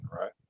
Right